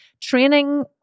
training